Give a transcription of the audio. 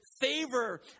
favor